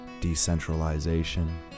decentralization